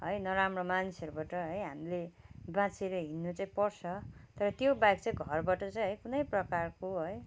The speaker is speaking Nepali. है नराम्रो मान्छेहरूबाट है हामीले बाँचेर हिँड्नु चाहिँ पर्छ तर त्यो बाहेक चाहिँ घरबाट चाहिँ है कुनै प्रकारको है